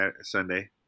Sunday